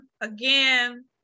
again